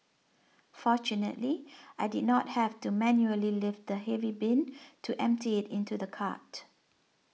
fortunately I did not have to manually lift the heavy bin to empty into the cart